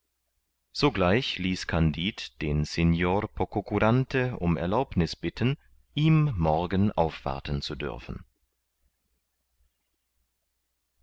sogleich ließ kandid den signor pococurante um erlaubniß bitten ihm morgen aufwarten zu dürfen